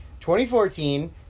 2014